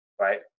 right